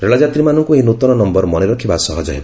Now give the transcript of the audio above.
ରେଳଯାତ୍ରୀମାନଙ୍କୁ ଏହି ନୃତନ ନୟର ମନେ ରଖିବା ସହଜ ହେବ